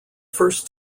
first